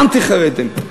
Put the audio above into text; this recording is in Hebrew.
אנטי-חרדים.